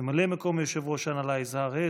ממלא מקום יושב-ראש ההנהלה יזהר הס